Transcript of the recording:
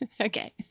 Okay